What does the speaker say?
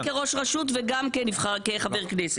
מה בחיים הציבוריים שלך הביא אותך היום